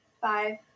Five